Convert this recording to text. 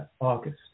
August